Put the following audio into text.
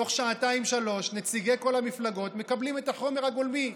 בתוך שעתיים-שלוש נציגי כל המפלגות מקבלים את כל החומר הגולמי.